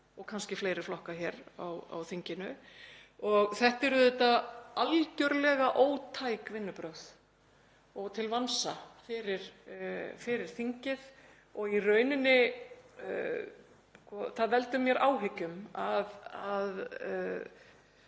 og kannski fleiri flokka hér á þinginu. Þetta eru auðvitað algerlega ótæk vinnubrögð og til vansa fyrir þingið. Það veldur mér áhyggjum að